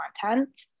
content